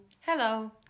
Hello